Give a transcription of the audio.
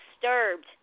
disturbed